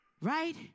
right